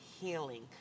healing